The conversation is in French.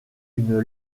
une